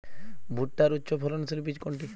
ভূট্টার উচ্চফলনশীল বীজ কোনটি?